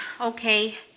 okay